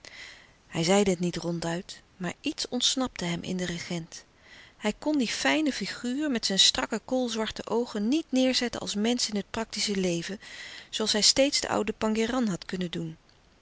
hij zeide het niet ronduit maar iets ontsnapte hem in den regent hij kon die fijne figuur met zijn strakke koolzwarte oogen niet neêrzetten als mensch in het praktische leven zooals hij steeds den ouden pangéran had kunnen doen